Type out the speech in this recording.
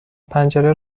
پنجره